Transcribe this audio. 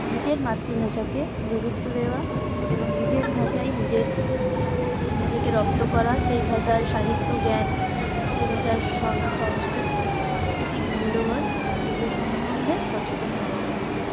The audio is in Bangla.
নিজের মাতৃভাষাকে গুরুত্ব দেওয়া এবং নিজের ভাষায় নিজের নিজেকে রপ্ত করা সেই ভাষার সাহিত্য জ্ঞান সেই ভাষার সংস্কৃতি সংস্কৃতির মূল্যবোধ এগুলো সম্বন্ধে সচেতন হওয়া